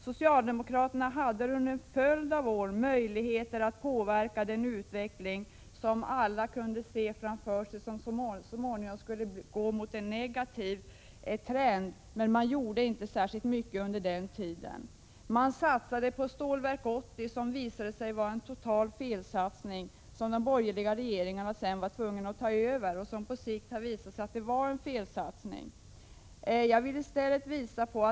Socialdemokraterna hade under en följd av år möjligheter att påverka den utveckling som alla kunde se framför sig och som så småningom skulle gå mot en negativ trend. Men socialdemokraterna gjorde inte särskilt mycket under den tiden. De satsade på Stålverk 80, som visade sig vara en total felsatsning, som de borgerliga regeringarna var tvungna att ta över.